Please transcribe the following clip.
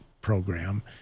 program